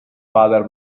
father